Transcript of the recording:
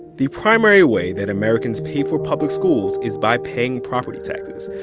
the primary way that americans pay for public schools is by paying property taxes.